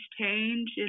change